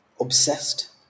obsessed